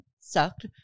sucked